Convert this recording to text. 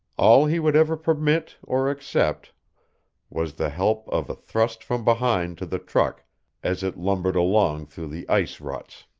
all he would ever permit or accept was the help of a thrust from behind to the truck as it lumbered along through the ice-ruts.